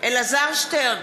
אלעזר שטרן,